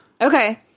Okay